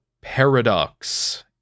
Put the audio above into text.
Paradox